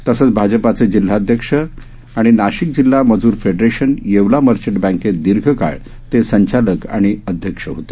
तसंच भाजपाचे जिल्हाध्यक्ष तसंच नाशिक जिल्हा मजूर फेडरेशन येवला मर्चट बँकेत दीर्घकाळ ते संचालक आणि अध्यक्ष होते